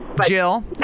Jill